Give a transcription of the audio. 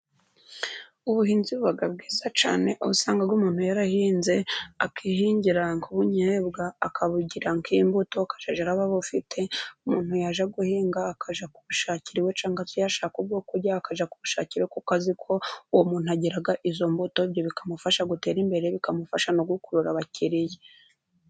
Ubuhinzi buba bwiza cyane, usanga umuntu yarahinze, akihingira ubunyebwa, akabugira nk'imbuto, akajya aba abufite, umuntu yajya guhinga, akajya kubushakira iwe cyangwa yashaka ubwo kurya akajya kubushakira, kuko azi ko uwo muntu agira izo mbuto, ibyo bikamufasha gutera imbere bikamufasha no gukurura abakiriya.